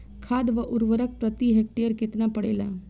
खाध व उर्वरक प्रति हेक्टेयर केतना पड़ेला?